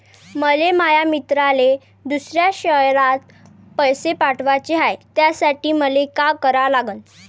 मले माया मित्राले दुसऱ्या शयरात पैसे पाठवाचे हाय, त्यासाठी मले का करा लागन?